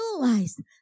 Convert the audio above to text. realized